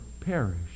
perish